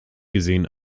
gesehen